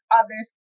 others